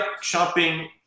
shopping